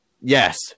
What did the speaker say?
Yes